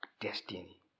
destiny